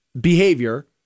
behavior